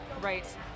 Right